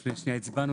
לפני שנייה הצבענו